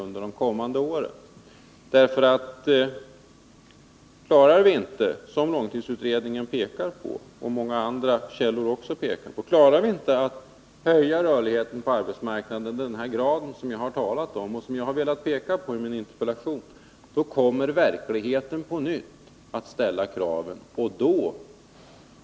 Klarar vi inte att höja rörligheten på arbetsmarknaden den grad som jag har talat om i min interpellation, kommer verkligheten — vilket långtidsutredningen och även många andra källor har pekat på — på nytt att ställa sådana krav.